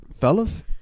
fellas